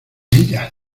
ella